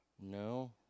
No